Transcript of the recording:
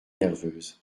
nerveuse